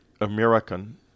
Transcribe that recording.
American